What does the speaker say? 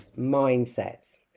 mindsets